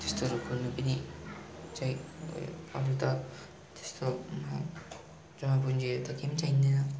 त्यस्तोहरू खोल्नु पनि चाहिँ उयो अन्त त्यस्तो जमा पुन्जीहरू त केही पनि चाहिँदैन